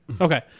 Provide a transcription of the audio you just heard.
Okay